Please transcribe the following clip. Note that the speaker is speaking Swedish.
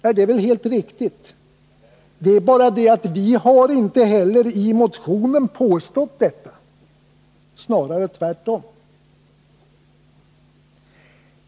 Det är väl helt riktigt — det är bara det att vi inte heller har påstått något sådant i motionen, snarare tvärtom.